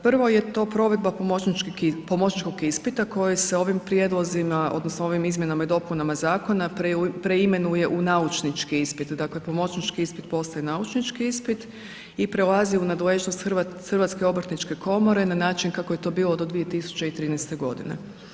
Prvo je to provedba pomočnićkog ispita koji se ovim prijedlozima odnosno ovim izmjenama i dopunama zakona preimenuje u naučnički ispit, dakle pomočnićki ispit postaje naučnički ispit i prelazi u nadležnost Hrvatske obrtničke komore ne način kako je to bilo 2013. godine.